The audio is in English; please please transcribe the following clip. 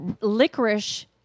Licorice